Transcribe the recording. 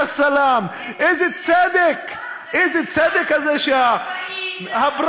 יא סלאם, איזה צדק, איזה, צבאי זה צבא, מה הפלא?